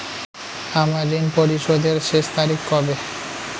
আমার ঋণ পরিশোধের শেষ তারিখ কবে?